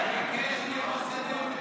נתקן את זה.